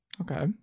Okay